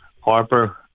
Harper